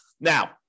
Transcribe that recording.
Now